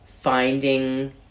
finding